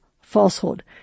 falsehood